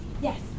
Yes